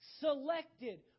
Selected